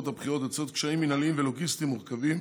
הבחירות יוצרת קשיים מינהליים ולוגיסטיים מורכבים